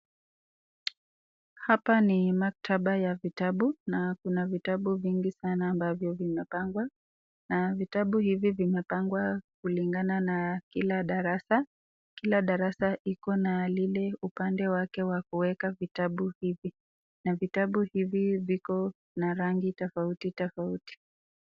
Hapa ni maktaba ya vitabu na kuna vitabu vingi sana ambavyo vimepangwa, na vitabu hivi vimepangwa kulingana na kila darasa. Kila darasa ikona lile upande wake wa kuweka vitabu hivi, na vitabu hivi vikona rangi tofauti tofauti.